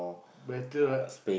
better right